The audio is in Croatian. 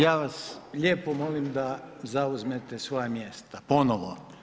Ja vas lijepo molim da zauzmete svoja mjesta, ponovo.